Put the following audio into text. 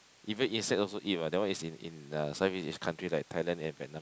even insect also eat what that one is in in uh Southeast-Asia country like Thailand and Vietnam